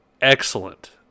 excellent